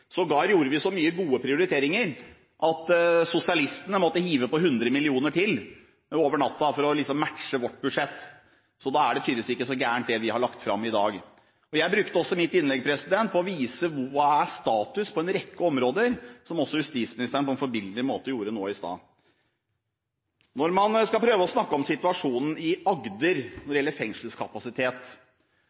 så mange gode prioriteringer at sosialistene måtte hive på hundre millioner til over natten for liksom å matche vårt budsjett, så da er det tydeligvis ikke så gærent det vi har lagt fram i dag. Jeg brukte mitt innlegg til å vise hva som er status på en rekke områder, noe som også justisministeren på en forbilledlig måte gjorde nå i stad. Når man prøver å snakke om situasjonen i Agder når det gjelder fengselskapasitet,